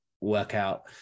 workout